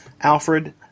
Alfred